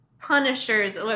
punishers